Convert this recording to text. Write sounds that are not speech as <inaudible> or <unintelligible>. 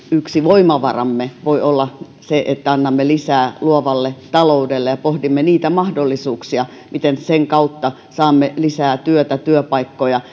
voimavaroistamme voi olla se että annamme lisää luovalle taloudelle ja pohdimme niitä mahdollisuuksia miten sen kautta saamme lisää työtä työpaikkoja <unintelligible>